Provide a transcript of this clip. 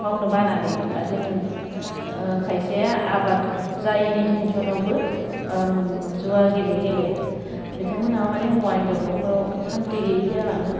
मावनो बानानै बा जोङो खायसेया आबाद जायैनि टेनसनावबो जुवा गेले गेले बिथांमोना माने हौवा हिन्जाव न'खराव सान्थि गैयै जालाङो